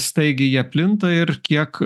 staigiai jie plinta ir kiek